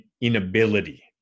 inability